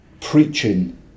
preaching